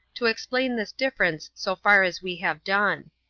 to explain this difference so far as we have done.